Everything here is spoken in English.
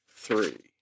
three